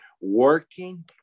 working